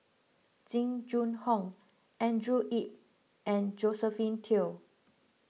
Jing Jun Hong Andrew Yip and Josephine Teo